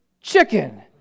chicken